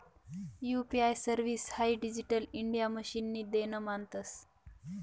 UPI service हाई digital India मिशननी देन मानतंस